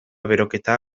beroketa